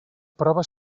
prova